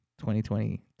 2020